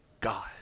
God